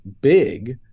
big